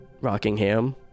Rockingham